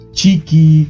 cheeky